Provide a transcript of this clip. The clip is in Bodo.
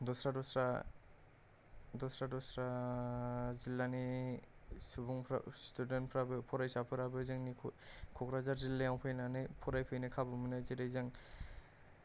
दस्रा दस्रा दस्रा दस्रा जिल्लानि सुबुंफ्रा स्टुडेन्टफ्राबो फरायसाफोराबो जोंनि क'क्राझार जिल्लायाव फैनानै फरायफैनो खाबु मोनो जेरै जों